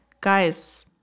Guys